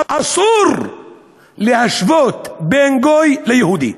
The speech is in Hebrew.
אסור להשוות בין גוי ליהודי.